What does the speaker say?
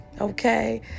okay